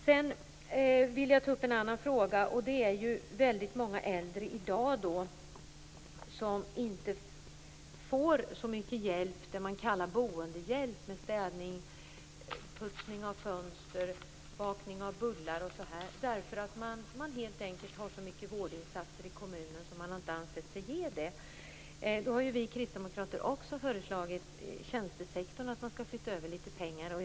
Sedan vill jag ta upp en annan fråga. Det är ju väldigt många äldre i dag som inte får så mycket hjälp - det man kallar boendehjälp - med städning, putsning av fönster, bakning av bullar osv. Man har helt enkelt så mycket vårdinsatser i kommunen att man inte har ansett sig kunna ge denna hjälp. Då har vi kristdemokrater förslagit att man skall flytta över litet pengar när det gäller tjänstesektorn.